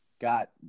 got